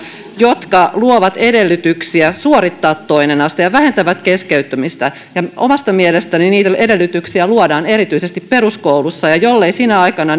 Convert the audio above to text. jotka luovat edellytyksiä suorittaa toinen aste ja vähentävät keskeyttämistä omasta mielestäni niiden edellytyksiä luodaan erityisesti peruskoulussa jollei sinä aikana